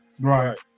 right